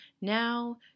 Now